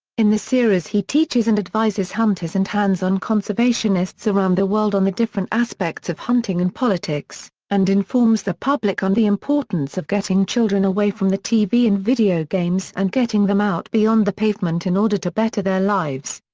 in the series he teaches and advises hunters and hands-on conservationists around the world on the different aspects of hunting and politics, and informs the public on the importance of getting children away from the tv and video games and getting them out beyond the pavement in order to better their lives.